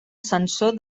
sensor